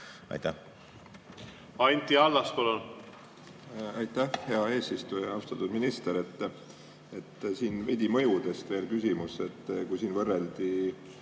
Aitäh,